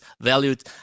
valued